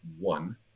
one